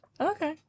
Okay